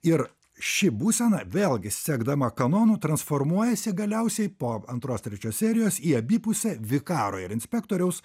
ir ši būsena vėlgi sekdama kanonu transformuojasi galiausiai po antros trečios serijos į abipusę vikaro ir inspektoriaus